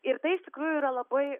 ir tai iš tikrųjų yra labai